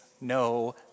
no